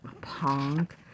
punk